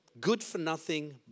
good-for-nothing